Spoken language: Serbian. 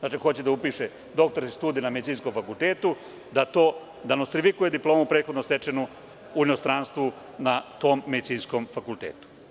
Dakle, hoće da upiše doktorske studije na Medicinskom fakultetu da nostrifikuje diplomu prethodno stečenu u inostranstvu na tom medicinskom fakultetu.